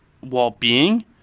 well-being